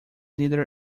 neither